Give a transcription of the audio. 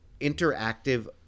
interactive